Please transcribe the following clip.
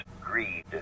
greed